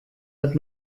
hat